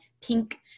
pink